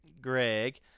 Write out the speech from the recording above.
Greg